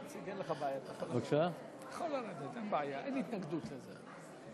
אין לך